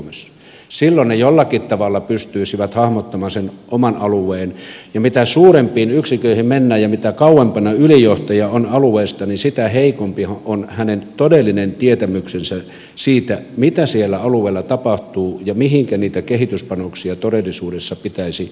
silloin ne jollakin tavalla pystyisivät hahmottamaan sen oman alueensa ja mitä suurempiin yksiköihin mennään ja mitä kauempana ylijohtaja on alueesta niin sitä heikompi on hänen todellinen tietämyksensä siitä mitä siellä alueella tapahtuu ja mihinkä niitä kehityspanoksia todellisuudessa pitäisi kohdentaa